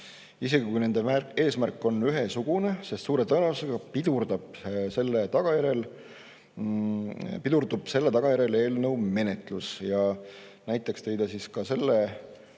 isegi kui nende eesmärk on ühesugune, sest suure tõenäosusega pidurdub selle tagajärjel eelnõu menetlus. Näiteks tõi ta selle,